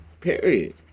Period